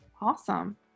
Awesome